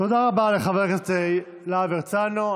תודה רבה לחבר הכנסת להב הרצנו.